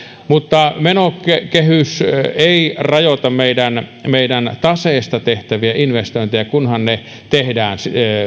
mutta menokehys ei rajoita meidän taseestamme tehtäviä investointeja kunhan ne tehdään